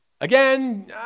Again